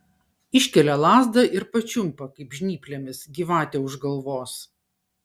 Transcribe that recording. iškelia lazdą ir pačiumpa kaip žnyplėmis gyvatę už galvos